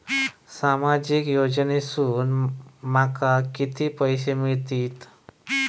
सामाजिक योजनेसून माका किती पैशे मिळतीत?